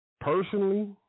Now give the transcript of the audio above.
personally